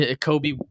Kobe